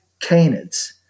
canids